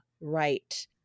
right